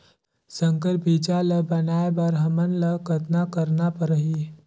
संकर बीजा ल बनाय बर हमन ल कतना करना परही?